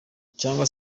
cyangwa